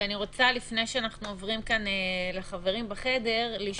לפני שאנחנו עוברים לחברים בחדר אני רוצה